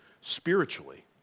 spiritually